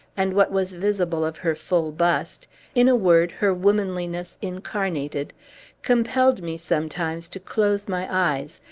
and what was visible of her full bust in a word, her womanliness incarnated compelled me sometimes to close my eyes,